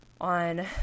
on